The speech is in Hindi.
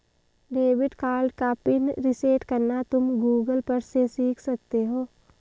डेबिट कार्ड का पिन रीसेट करना तुम गूगल पर से सीख सकते हो